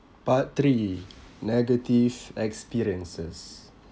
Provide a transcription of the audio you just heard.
part three negative experiences